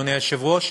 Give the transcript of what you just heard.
אדוני היושב-ראש,